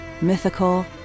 mythical